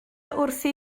wrthi